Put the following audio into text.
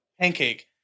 pancake